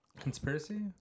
Conspiracy